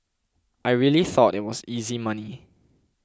I really thought it was easy money